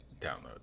download